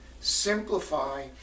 simplify